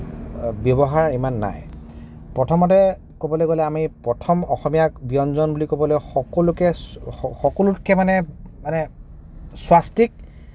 ব্যৱহাৰ ইমান নাই প্ৰথমতে আমি ক'বলে গ'লে প্ৰথম অসমীয়া ব্যঞ্জন বুলি ক'বলৈ গ'লে সকলোকে সকলোতকে মানে মানে স্বাস্তিক